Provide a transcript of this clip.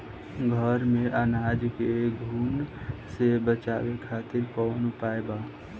घर में अनाज के घुन से बचावे खातिर कवन उपाय बा?